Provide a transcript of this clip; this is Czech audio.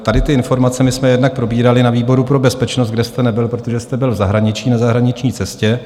Tady ty informace jsme jednak probírali na výboru pro bezpečnost, kde jste nebyl, protože jste byl na zahraniční cestě.